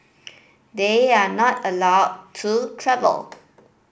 they are not allowed to travel